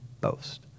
boast